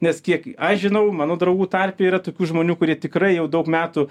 nes kiek aš žinau mano draugų tarpe yra tokių žmonių kurie tikrai jau daug metų